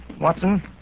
Watson